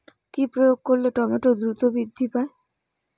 কি প্রয়োগ করলে টমেটো দ্রুত বৃদ্ধি পায়?